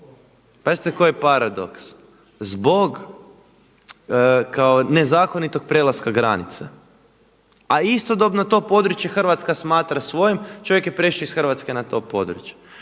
pazite koji paradoks, zbog kao nezakonitog prelaska granice. A istodobno to područje Hrvatska smatra svojim, čovjek je prešao iz Hrvatske na to područje.